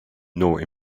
nor